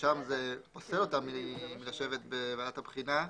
ששם זה פוסל אותם מלשבת בוועדת הבחינה,